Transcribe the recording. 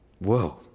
Whoa